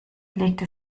legte